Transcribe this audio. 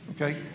okay